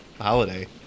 holiday